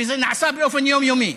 שזה נעשה באופן יומיומי,